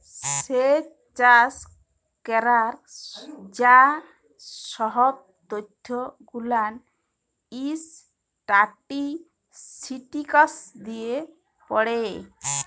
স্যেচ চাষ ক্যরার যা সহব ত্যথ গুলান ইসট্যাটিসটিকস দিয়ে পড়ে